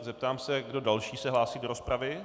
Zeptám se, kdo další se hlásí do rozpravy.